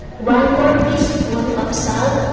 one four teaspoon of salt.